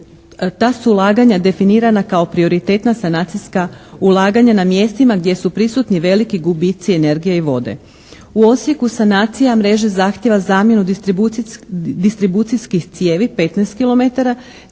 U Osijeku sanacija mreže zahtijeva zamjenu distribucijskih cijevi 15